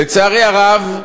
לצערי הרב,